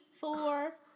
four